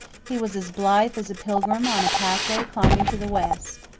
he was as blithe as a pilgrim on a pathway climbing to the west.